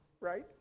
right